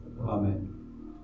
Amen